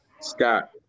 Scott